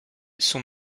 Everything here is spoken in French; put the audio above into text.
son